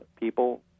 people